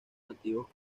nativos